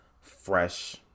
fresh